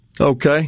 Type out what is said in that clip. Okay